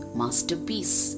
masterpiece